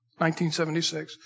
1976